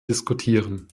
diskutieren